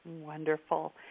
Wonderful